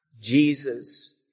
Jesus